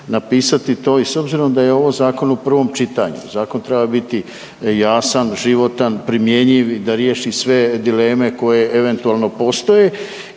napisati to i s obzirom da je ovo zakon u prvom čitanju, zakon treba biti jasan, životan, primjenjiv, da riješi sve dileme koje eventualno postoje